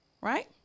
right